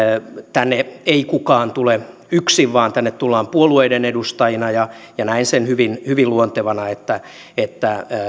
tänne ei kukaan tule yksin vaan tänne tullaan puolueiden edustajina ja ja näen sen hyvin hyvin luontevana että että